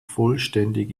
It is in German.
vollständig